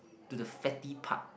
to the fatty part